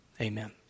amen